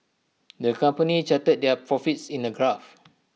the company charted their profits in A graph